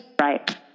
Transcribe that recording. Right